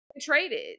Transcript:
traded